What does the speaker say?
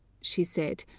she said.